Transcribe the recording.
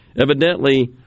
evidently